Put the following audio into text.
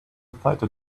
fighter